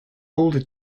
older